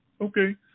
Okay